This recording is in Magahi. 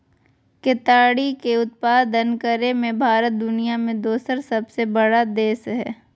केताड़ी के उत्पादन करे मे भारत दुनिया मे दोसर सबसे बड़ा देश हय